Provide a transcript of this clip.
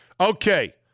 Okay